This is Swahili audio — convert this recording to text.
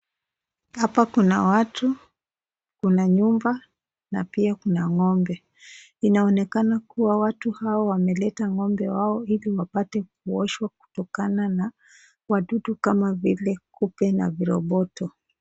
Hapa kuna watu, kuna nyumba na pia kuna ng'ombe. Inaonekana kuwa watu hawa wameleta ng'ombe wao ili wapate kuoshwa kutokana na wadudu kama kupe na viroboto.